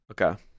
Okay